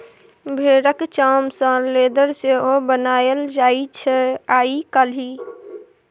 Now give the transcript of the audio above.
भेराक चाम सँ लेदर सेहो बनाएल जाइ छै आइ काल्हि